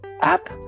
app